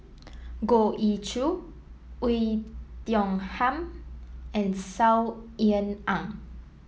Goh Ee Choo Oei Tiong Ham and Saw Ean Ang